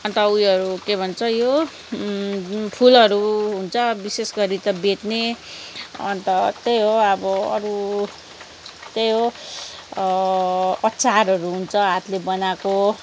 अन्त उयोहरू के भन्छ यो फुलहरू हुन्छ विशेष गरी त बेच्ने अन्त त्यही हो अब अरू त्यही हो अचारहरू हुन्छ हातले बनाएको